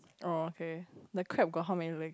okay like crab got how many legs